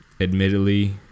admittedly